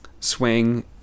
swing